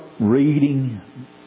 reading